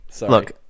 Look